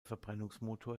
verbrennungsmotor